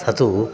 सः तु